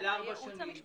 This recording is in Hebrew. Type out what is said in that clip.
- ונגיש רביזיה.